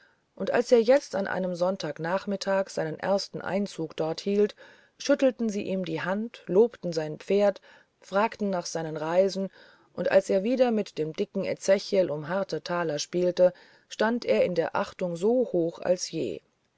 und als er jetzt an einem sonntagnachmittag seinen ersten einzug dort hielt schüttelten sie ihm die hand lobten sein pferd fragten nach seiner reise und als er wieder mit dem dicken ezechiel um harte taler spielte stand er in der achtung so hoch als je